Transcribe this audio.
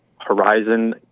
horizon